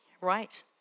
right